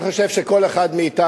13 בעד, 27 נגד.